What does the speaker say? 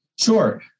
Sure